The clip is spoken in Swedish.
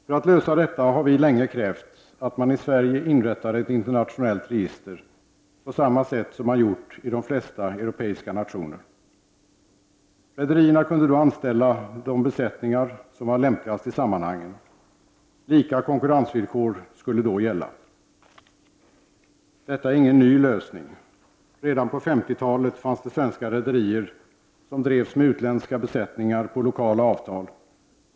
För att lösa detta har vi länge krävt att man i Sverige inrättar ett internationellt register, på samma sätt som man har gjort i de flesta europeiska länder. Rederierna kunde då anställa de besättningar som var lämpligast i sammanhangen. Lika konkurrensvillkor skulle då gälla. Det är ingen ny lösning. Redan på 50-talet fanns det svenska rederier som drevs med utländska besättningar på lokala avtal.